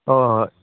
ꯍꯣꯏ ꯍꯣꯏ